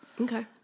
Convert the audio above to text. okay